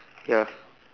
ya